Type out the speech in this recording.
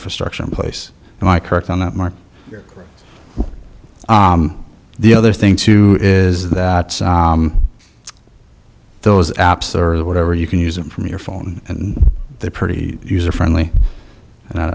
infrastructure in place and i correct on that mark the other thing too is that those apps or whatever you can use them from your phone and they're pretty user friendly and